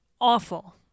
awful